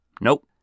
Nope